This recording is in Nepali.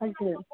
हजुर